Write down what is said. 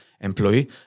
employee